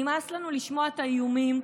נמאס לנו לשמוע את האיומים,